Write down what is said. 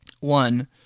One